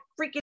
freaking